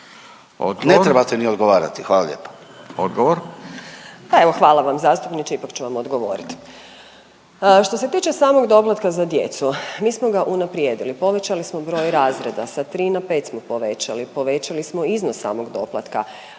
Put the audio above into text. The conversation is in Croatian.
Ne trebate ni odgovarati, hvala lijepa./...